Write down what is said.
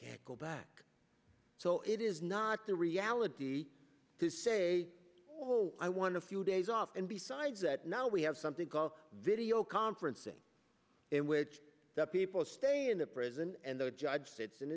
can't go back so it is not the reality to say oh i want a few days off and besides that now we have something called video conferencing in which that people stay in the prison and the judge states in